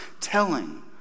telling